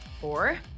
Four